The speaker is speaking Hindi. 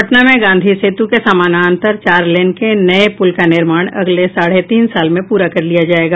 पटना में गांधी सेतु के समानांतर चार लेन के नये पुल का निर्माण अगले साढ़े तीन साल में पूरा कर लिया जायेगा